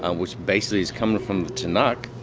and which basically is coming from the tanakh,